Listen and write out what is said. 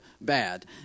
bad